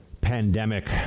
pandemic